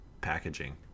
packaging